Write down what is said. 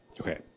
Okay